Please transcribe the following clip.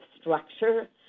structure